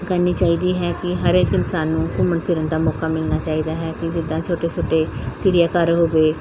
ਕਰਨੀ ਚਾਹੀਦੀ ਹੈ ਕਿ ਹਰ ਇੱਕ ਇਨਸਾਨ ਨੂੰ ਘੁੰਮਣ ਫਿਰਨ ਦਾ ਮੌਕਾ ਮਿਲਣਾ ਚਾਹੀਦਾ ਹੈ ਕਿ ਜਿੱਦਾਂ ਛੋਟੇ ਛੋਟੇ ਚਿੜੀਆ ਘਰ ਹੋ ਗਏ